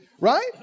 Right